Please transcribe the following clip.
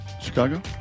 Chicago